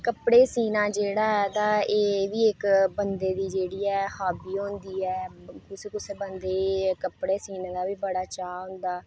कपड़े सीना जेह्ड़ा ऐ तां एह्बी जेह्ड़ी इक्क बंदे दी जेह्ड़ी ऐ हॉबी होंदी ऐ कुसै कुसै बंदे गी कपड़े सीने दा बी बड़ा चाऽ होंदा